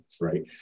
right